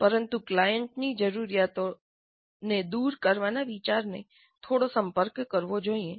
પરંતુ ક્લાયંટની જરૂરિયાતોને દૂર કરવાના વિચારને થોડો સંપર્ક કરવો જોઈએ